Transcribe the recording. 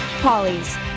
Polly's